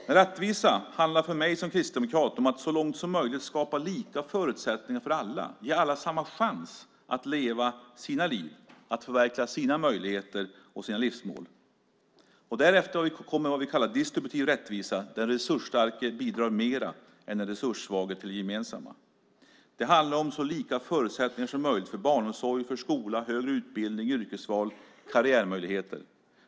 Nej, rättvisa handlar för mig som kristdemokrat om att så långt som möjligt skapa lika förutsättningar för alla och ge alla samma chans att leva sina liv, att förverkliga sina möjligheter och sina livsmål. Därefter kommer vad vi kallar distributiv rättvisa, där den resursstarke bidrar mer än den resurssvage till det gemensamma. Det handlar om så lika förutsättningar som möjligt för barnomsorg, skola, högre utbildning, yrkesval och karriärmöjligheter.